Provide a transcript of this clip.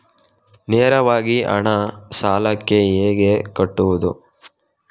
ನೇರವಾಗಿ ಹಣ ಸಾಲಕ್ಕೆ ಹೇಗೆ ಕಟ್ಟುವುದು?